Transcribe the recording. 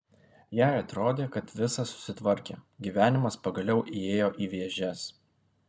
jai atrodė kad visa susitvarkė gyvenimas pagaliau įėjo į vėžes